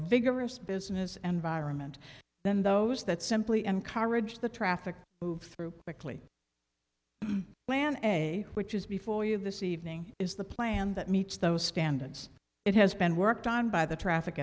vigorous business and vironment than those that simply encourage the traffic move through quickly plan a which is before you this evening is the plan that meets those standards it has been worked on by the traffic